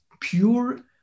pure